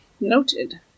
noted